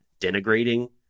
denigrating